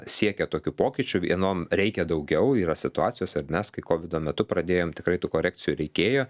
siekia tokių pokyčių vienom reikia daugiau yra situacijos ir nes kai kovido metu pradėjom tikrai tų korekcijų reikėjo